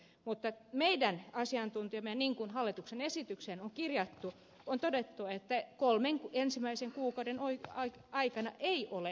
mutta meidän asiantuntijamme niin kuin hallituksen esitykseen on kirjattu ovat todenneet että kolmen ensimmäisen kuukauden aikana ei ole normaalitapauksissa